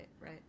Right